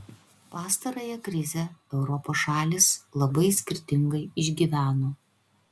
pastarąją krizę europos šalys labai skirtingai išgyveno